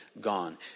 gone